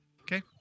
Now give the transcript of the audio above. Okay